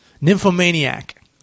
Nymphomaniac